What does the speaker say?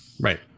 Right